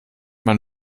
man